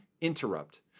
interrupt